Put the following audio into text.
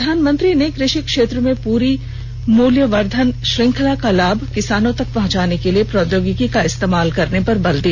प्रधानमंत्री ने कृषि क्षेत्र में प्री मूल्यवर्धन श्रृंखला का लाभ किसानों तक पहुंचाने के लिए प्रौद्योगिकी का इस्तेमाल करने पर बल दिया